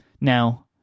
now